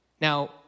Now